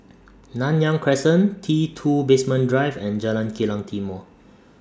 Nanyang Crescent T two Basement Drive and Jalan Kilang Timor